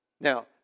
Now